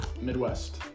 Midwest